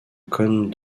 conne